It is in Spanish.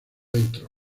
entró